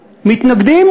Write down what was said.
מתנגדים,